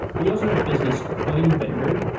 but you also have a business coin vendor.